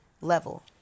level